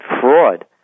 fraud